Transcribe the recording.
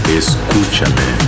escúchame